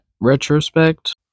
retrospect